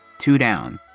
two down!